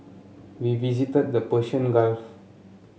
we visited the Persian Gulf